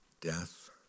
death